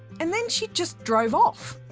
and then she just drove off.